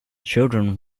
children